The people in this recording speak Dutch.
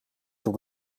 tot